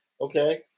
Okay